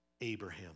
Abraham